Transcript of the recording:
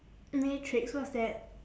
matrix what's that